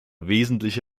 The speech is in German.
wesentliche